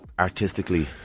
Artistically